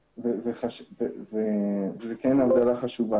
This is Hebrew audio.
וזו הבדלה חשובה.